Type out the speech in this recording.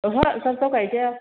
ओहो जाब जाब गायजाया